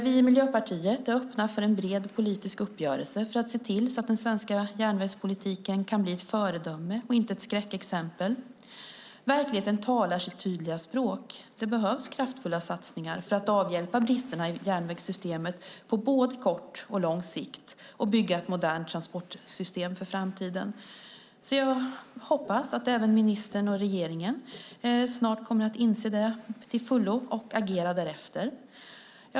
Vi i Miljöpartiet är öppna för en bred politisk uppgörelse för att se till så att den svenska järnvägspolitiken kan bli ett föredöme och inte ett skräckexempel. Verkligheten talar sitt tydliga språk. Det behövs kraftfulla satsningar för att avhjälpa bristerna i järnvägssystemet på både kort och lång sikt och bygga ett modernt transportsystem för framtiden. Jag hoppas att även ministern och regeringen snart kommer att inse detta till fullo och agera därefter.